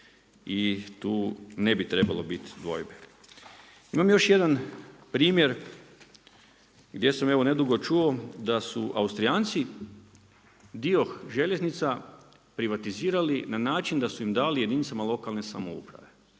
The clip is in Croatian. i tu ne bi trebalo biti dvojbe. Imam još jedan primjer gdje sam nedugo čuo da su Austrijanci dio željeznica privatizirali na način da su im dali jedinicama lokalne samouprave,